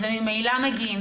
אז הם ממילא מגיעים,